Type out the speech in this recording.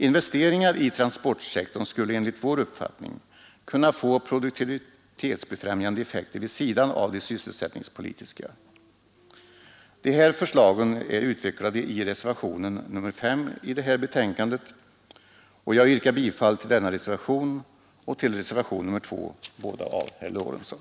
Investeringar i transportsektorn skulle enligt vår uppfattning kunna få produktivitetsbefrämjande effekter vid sidan av de sysselsättningspolitiska. De här förslagen är utvecklade i reservationen 5 till detta betänkande, och jag yrkar bifall till denna reservation och till reservationen 2, båda av herr Lorentzon.